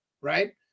Right